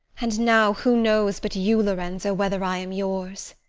and now who knows but you, lorenzo, whether i am yours?